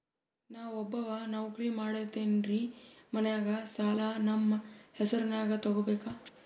ನಾ ಒಬ್ಬವ ನೌಕ್ರಿ ಮಾಡತೆನ್ರಿ ಮನ್ಯಗ ಸಾಲಾ ನಮ್ ಹೆಸ್ರನ್ಯಾಗ ತೊಗೊಬೇಕ?